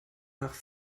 nach